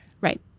Right